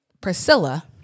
Priscilla